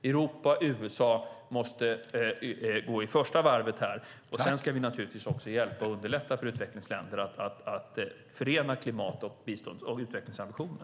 Europa och USA måste gå i första varvet här. Sedan ska vi naturligtvis också hjälpa och underlätta för utvecklingsländer att förena klimat och utvecklingsambitioner.